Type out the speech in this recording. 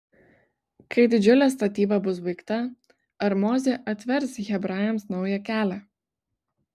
kai didžiulė statyba bus baigta ar mozė atvers hebrajams naują kelią